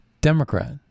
Democrat